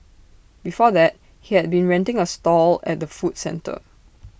before that he had been renting A stall at the food centre